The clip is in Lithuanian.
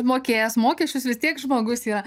mokėjęs mokesčius vis tiek žmogus yra